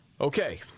Okay